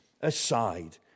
aside